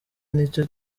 nicyo